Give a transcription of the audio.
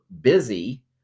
busy